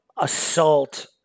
assault